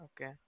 Okay